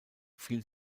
fiel